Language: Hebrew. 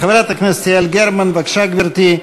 חברת הכנסת יעל גרמן, בבקשה, גברתי.